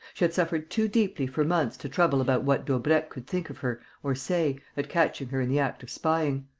she had suffered too deeply for months to trouble about what daubrecq could think of her or say, at catching her in the act of spying.